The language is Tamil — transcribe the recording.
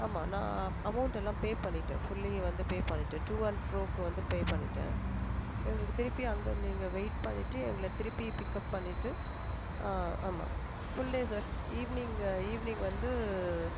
ஆமாம் நான் அமௌன்ட் எல்லாம் பே பண்ணிவிட்டேன் ஃபுல்லி வந்து பே பண்ணிவிட்டேன் டூ அண்ட் ஃபுரோக்கு வந்து பே பண்ணிவிட்டேன் எங்களுக்கு திருப்பி அங்கே நீங்கள் வெயிட் பண்ணிவிட்டு எங்களை திருப்பி பிக்கப் பண்ணிவிட்டு ஆமாம் full day sir evening evening வந்து